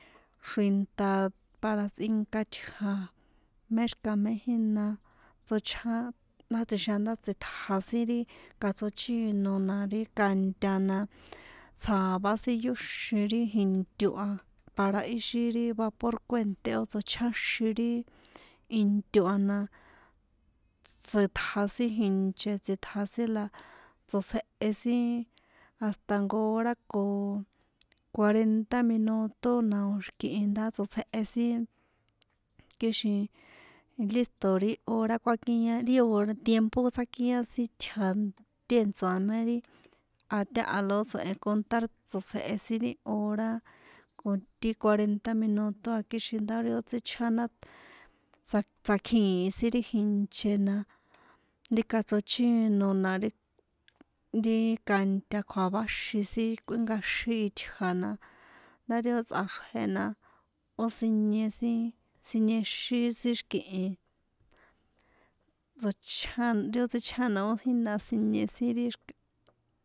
Xrinta a para tsꞌinka tja̱ mé xi̱kaha mé jína tsochján ndá tsixian ndá tsitja sin ri kachrochino na ri kantana tsja̱váxin sin yóxin ri into a para ixi ri vapor kuènté ó tsochjáxin ri into a na tsetja sin jinche tsitja sin la tsotsjehe sinhasta jnko hora ko cuareta minuto na o̱ xi̱kihi ndá tsotsjehe sin kixin lísto̱ ri hora kuákian ri hor ri tiempo tsakian sin itja̱ tèntso̱ me ri a taha la ó tso̱hen contar tsotsjehe sin ri hora con ti cuarenta minuto a kixin ndá ri ó tsíchján ndá tsakjìn sin ri inche na ri kachrochino na ri ri kanta kjua̱váxin sin kuinkaxin itja̱na nda ri ó tsꞌaxrjena ó sinie sin siniexin sin xi̱kihi, tsochján ri ó tsíchjan na ó jína sinie sin ri xi̱kaha.